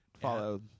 Follow